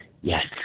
yes